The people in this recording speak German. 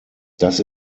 das